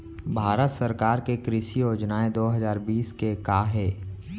भारत सरकार के कृषि योजनाएं दो हजार बीस के का हे?